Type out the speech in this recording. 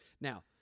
Now